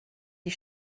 die